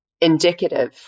indicative